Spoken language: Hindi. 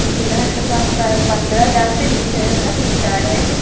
दुलहन लुक आपका पन्द्रह हज़ार से बीस हज़ार तक इस्टार्ट है